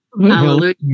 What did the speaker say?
Hallelujah